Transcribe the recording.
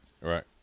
Right